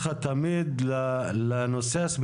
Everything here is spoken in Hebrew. אני אגיע לזה.